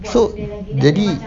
so jadi